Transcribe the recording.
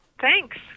Thanks